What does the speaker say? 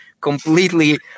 completely